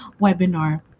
webinar